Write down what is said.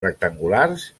rectangulars